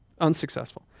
Unsuccessful